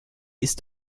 ist